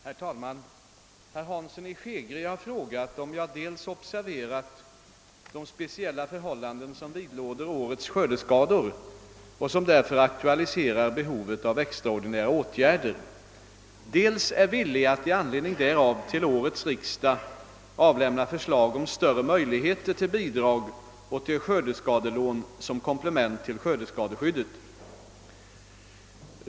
Herr talman! Herr Hansson i Skegrie har frågat om jag dels observerat de speciella förhållanden som vidlåder årets skördeskador och som därför aktualiserar behovet av extraordinära åtgärder, dels är villig att i anledning därav till årets riksdag avlämna förslag om större möjligheter till bidrag och till skördeskadelån som komplement till skördeskadeskyddet,.